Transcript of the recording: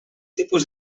tipus